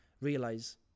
realize